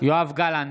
יואב גלנט,